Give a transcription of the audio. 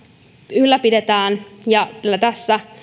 ylläpidetään ja kyllä tässä